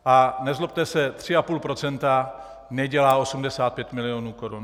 A nezlobte se, 3,5 % nedělá 85 milionů korun.